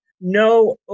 No